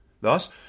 Thus